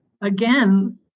again